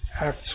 Acts